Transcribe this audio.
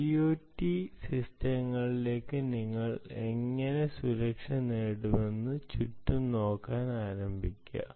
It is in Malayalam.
IoT സിസ്റ്റങ്ങളിലേക്ക് നിങ്ങൾക്ക് എങ്ങനെ സുരക്ഷ നേടാനാകുമെന്ന് ചുറ്റും നോക്കാൻ ആരംഭിക്കുക